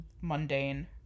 mundane